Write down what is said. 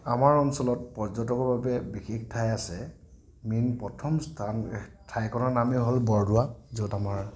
আমাৰ অঞ্চলত পৰ্যটকৰ বাবে বিশেষ ঠাই আছে মেইন প্ৰথম স্থান ঠাইখনৰ নামেই হ'ল বৰদোৱা য'ত আমাৰ